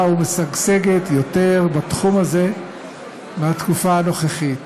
ומשגשגת יותר בתחום הזה מהתקופה הנוכחית.